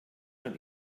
man